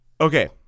Okay